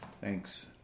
Thanks